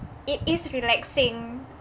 it is relaxing